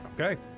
Okay